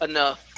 Enough